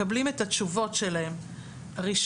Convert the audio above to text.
מקבלים את התשובות ראשונים.